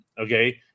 Okay